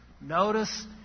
Notice